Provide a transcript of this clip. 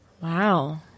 Wow